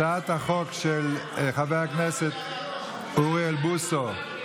הצעת החוק של חבר הכנסת אוריאל בוסו,